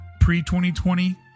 pre-2020